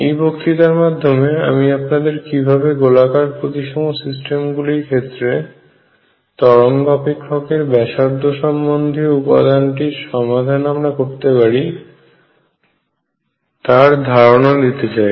এই বক্তৃতার মাধ্যমে আমি আপনাদের কিভাবে গোলাকার প্রতিসম সিস্টেমগুলির ক্ষেত্রে তরঙ্গ অপেক্ষকের ব্যাসার্ধ সম্বন্ধীয় উপাদানটির সমাধান আমরা করতে পারি তার ধারণা দিতে চাই